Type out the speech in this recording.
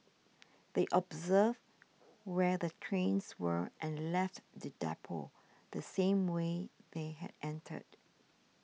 they observed where the trains were and left the depot the same way they had entered